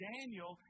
Daniel